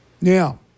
Now